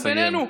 עכשיו, בינינו,